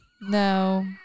No